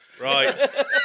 Right